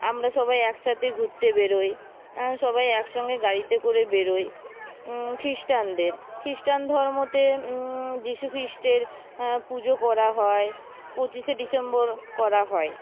আমরা সবাই একসাথে ঘুরতে বেরোই সবাই একসঙ্গে গাড়িতে করে বেরোই খ্রিস্টানদের খ্রিস্টান ধর্মতে যীশু খ্রিস্টের পুজো করা হয় পঁচিশে ডিসেম্বর করা হয়